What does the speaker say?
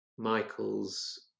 Michael's